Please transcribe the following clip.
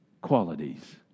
qualities